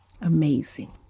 Amazing